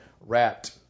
wrapped